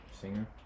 Singer